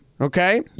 Okay